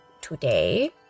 today